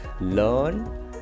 Learn